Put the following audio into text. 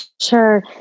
Sure